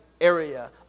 area